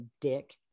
dick